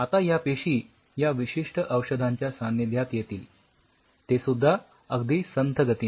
आता या पेशी या विशिष्ठ औषधांच्या सान्निध्यात येतील ते सुद्धा अगदी संथ गतीने